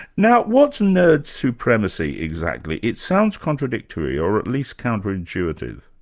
now what's nerd supremacy exactly? it sounds contradictory, or at least counter-intuitive.